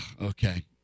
okay